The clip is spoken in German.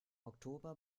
oktober